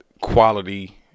quality